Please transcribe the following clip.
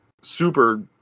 super